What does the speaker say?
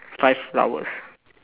five flowers